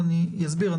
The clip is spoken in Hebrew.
ואני אסביר,